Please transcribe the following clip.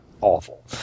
awful